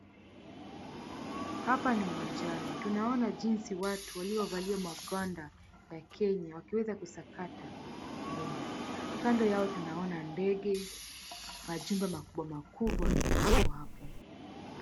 Hapa ni uwanjani. Tunaona jinsi watu walio valia magonda ya Kenya wakiweza kusakata rumba. Kando yao tunaona ndege, majumba makubwa makubwa iliyoko hapo.